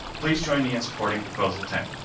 please join me in supporting proposal ten.